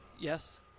Yes